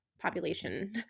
population